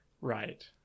Right